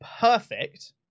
perfect